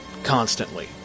Constantly